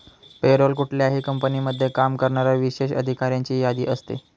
पे role कुठल्याही कंपनीमध्ये काम करणाऱ्या विशेष अधिकाऱ्यांची यादी असते